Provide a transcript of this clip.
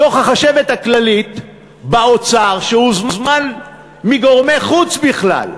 דוח החשבת הכללית באוצר, שהוזמן מגורמי חוץ בכלל,